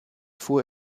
fuhr